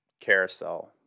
carousel